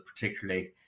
particularly